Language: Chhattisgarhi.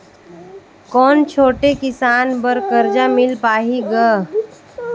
कौन छोटे किसान बर कर्जा मिल पाही ग?